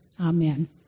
Amen